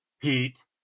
Pete